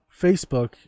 facebook